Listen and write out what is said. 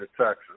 Texas